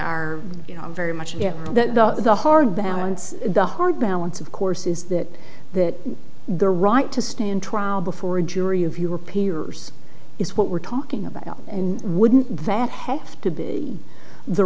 are very much yeah the hard balance the hard balance of course is that that the right to stand trial before a jury of your peers is what we're talking about and wouldn't that have to be the